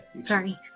Sorry